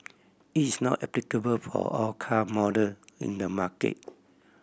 it is not applicable for all car model in the market